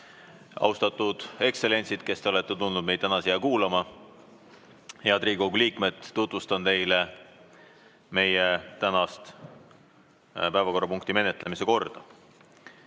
arutelu. Austatud ekstsellentsid, kes te olete tulnud meid täna siia kuulama! Head Riigikogu liikmed! Tutvustan teile meie tänase päevakorrapunkti menetlemise korda.